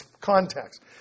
context